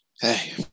hey